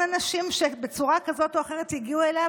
אנשים שבצורה כזו או אחרת הגיעו אליו,